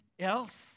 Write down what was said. else